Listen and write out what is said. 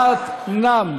אומנם